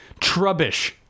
Trubbish